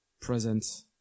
present